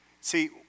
See